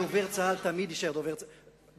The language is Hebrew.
דובר צה"ל תמיד יישאר דובר צה"ל.